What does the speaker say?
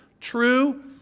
True